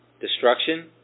destruction